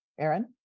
Aaron